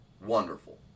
Wonderful